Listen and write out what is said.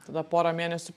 tada porą mėnesių